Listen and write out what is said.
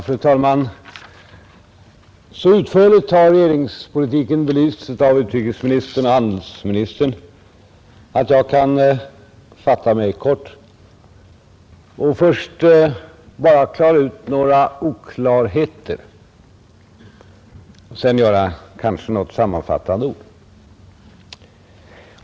Fru talman! Så utförligt har regeringspolitiken belysts av utrikesministern och handelsministern, att jag kan fatta mig kort och först bara klara ut några oklarheter för att sedan kanske säga några sammanfattande ord.